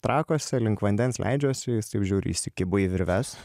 trakuose link vandens leidžiuosi jis taip žiūriu įsikibo į virves